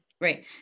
right